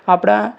આપણા